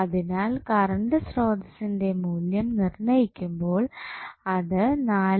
അതിനാൽ കറണ്ട് സ്രോതസ്സിന്റെ മൂല്യം നിർണയിക്കുമ്പോൾ അത് 4